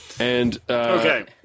Okay